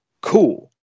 cool